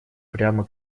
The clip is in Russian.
прямо